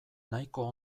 nahiko